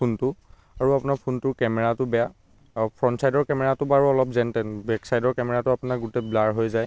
ফোনটো আৰু আপোনাৰ ফোনটোৰ কেমেৰাটো বেয়া আৰু ফ্ৰণ্ট ছাইডৰ কেমেৰাটো বাৰু অলপ যেনতেন বেক ছাইডৰ কেমেৰাটো আপোনাৰ গোটেই ব্লাৰ হৈ যায়